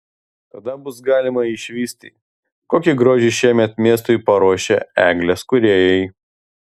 tada bus galima išvysti kokį grožį šiemet miestui paruošė eglės kūrėjai